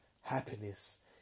happiness